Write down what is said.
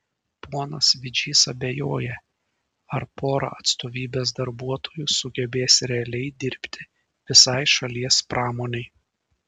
ponas vidžys abejoja ar pora atstovybės darbuotojų sugebės realiai dirbti visai šalies pramonei